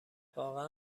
واقعا